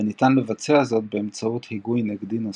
וניתן לבצע זאת באמצעות היגוי נגדי נוסף.